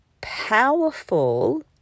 powerful